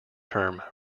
term